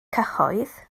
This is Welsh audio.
cyhoedd